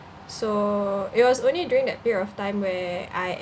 so it was only during that period of time where I